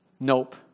Nope